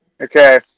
Okay